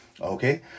Okay